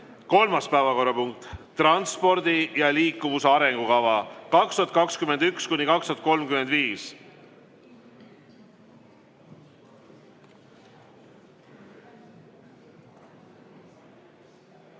Kolmas päevakorrapunkt on "Transpordi ja liikuvuse arengukava 2021–2035".